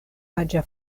aĝa